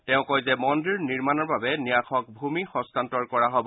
তেওঁ কয় যে মন্দিৰ নিৰ্মাণৰ বাবে ন্যাসক ভূমি হস্তান্তৰ কৰা হ'ব